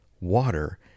water